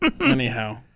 Anyhow